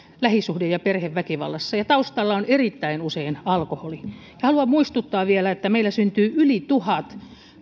lähisuhde ja perheväkivallassa ja taustalla on erittäin usein alkoholi haluan muistuttaa vielä että meillä syntyy yli tuhat